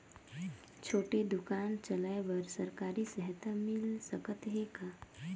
छोटे दुकान चलाय बर सरकारी सहायता मिल सकत हे का?